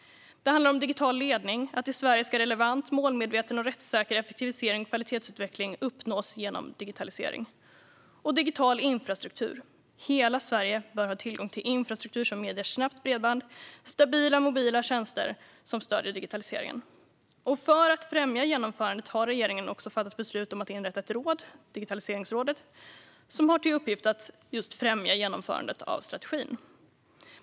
Det handlar om digital ledning. I Sverige ska relevant, målmedveten och rättssäker effektivisering och kvalitetsutveckling uppnås genom digitalisering. Det handlar om digital infrastruktur. Hela Sverige bör ha tillgång till infrastruktur som medger snabbt bredband och stabila mobila tjänster som stöder digitaliseringen. För att främja genomförandet har regeringen också fattat beslut om att inrätta ett råd, Digitaliseringsrådet, som har till uppgift att främja genomförandet av strategin.